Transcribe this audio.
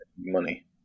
money